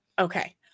Okay